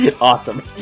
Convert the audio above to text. awesome